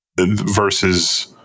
versus